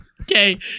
Okay